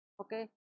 okay